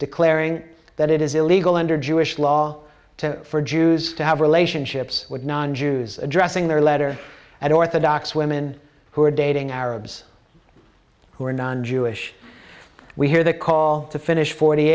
declaring that it is illegal under jewish law to for jews to have relationships with non jews addressing their letter and orthodox women who are dating arabs who are non jewish we hear the call to finish forty